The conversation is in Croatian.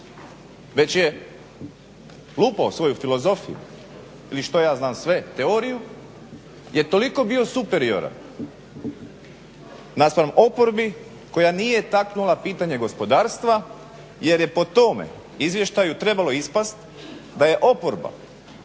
već je lupao svoju filozofiju ili što ja znam sve teoriju, jer je toliko bio superioran naspram oporbi koja nije taknula pitanje gospodarstva jer je po tome izvještaju trebalo ispast da je oporba